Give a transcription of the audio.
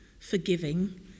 Forgiving